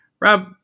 Rob